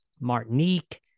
Martinique